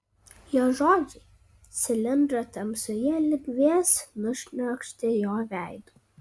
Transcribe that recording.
jo žodžiai cilindro tamsoje lyg vėjas nušniokštė jo veidu